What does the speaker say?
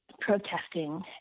protesting